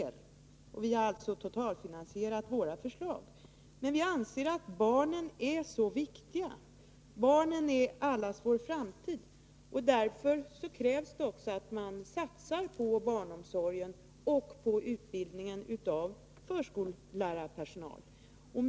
Vi har totalfinansierat våra förslag. Men vi anser att barnen är så viktiga — barnen är allas vår framtid — att det krävs att man satsar på barnomsorgen och utbildningen av förskolepersonal.